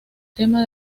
tema